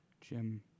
Jim